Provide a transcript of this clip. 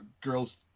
girls